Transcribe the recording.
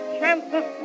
chances